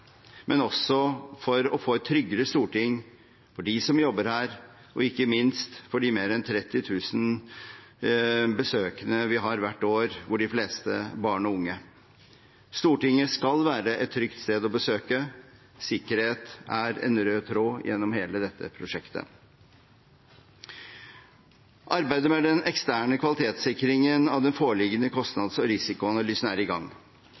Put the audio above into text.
for å få et tryggere storting for dem som jobber her, og ikke minst for de mer enn 30 000 besøkende vi har hvert år, hvorav de fleste er barn og unge. Stortinget skal være et trygt sted å besøke – sikkerhet er en rød tråd gjennom hele dette prosjektet. Arbeidet med den eksterne kvalitetssikringen av den foreliggende kostnads- og risikoanalysen er i gang.